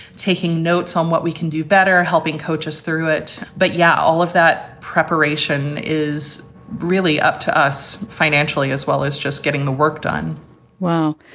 taking notes on what we can do better, helping coaches through it. but yeah, all of that preparation is really up to us financially as well as just getting the work done well,